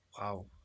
Wow